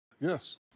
Yes